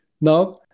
Now